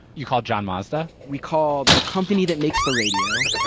you called john mazda? we called the company that makes the radio.